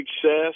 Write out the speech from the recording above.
success